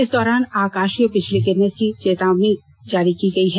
इस दौरान आकाषीय बिजली गिरने की चेतावनी भी जारी की गई है